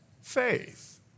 faith